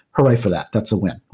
hurrah for that. that's a win.